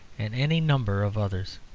and any number of others.